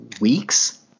weeks